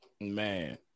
Man